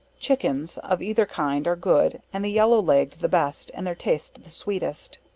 chickens, of either kind are good, and the yellow leg'd the best, and their taste the sweetest.